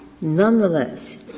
nonetheless